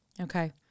Okay